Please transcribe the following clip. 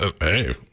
hey